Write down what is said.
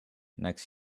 next